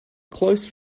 close